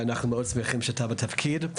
ואנחנו מאוד שמחים שאתה בתפקיד.